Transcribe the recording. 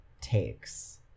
takes